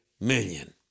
million